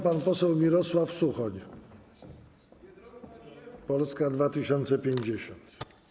Pan poseł Mirosław Suchoń, Polska 2050.